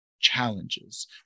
challenges